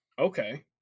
Okay